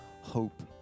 hope